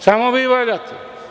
Samo vi valjate.